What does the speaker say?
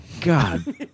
God